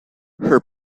her